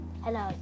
hello